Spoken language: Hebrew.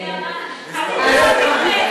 בסדר.